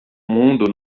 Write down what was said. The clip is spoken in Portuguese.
mundo